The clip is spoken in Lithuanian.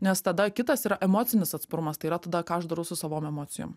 nes tada kitas yra emocinis atsparumas tai yra tada ką aš darau su savom emocijom